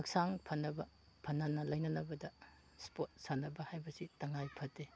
ꯍꯛꯆꯥꯡ ꯐꯅꯕ ꯐꯅꯅ ꯂꯩꯅꯅꯕꯗ ꯏꯁꯄꯣꯔꯠ ꯁꯥꯟꯅꯕ ꯍꯥꯏꯕꯁꯤ ꯇꯉꯥꯏ ꯐꯗꯦ